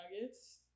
nuggets